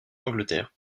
angleterre